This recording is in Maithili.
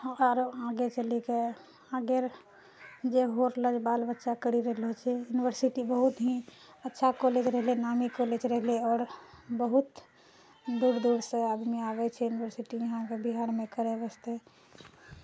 आओर आगे चलिकऽ आगेरऽ जे जे कोर्स लेल बाल बच्चा करि रहलऽ छै यूनिवर्सिटी बहुत ही अच्छा कॉलेज रहलै नामी कॉलेज रहलै आओर बहुत दूर दूरसँ आदमी आबै छै यूनिवर्सिटीमे यहाँके बिहारमे करै वास्ते